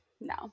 no